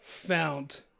found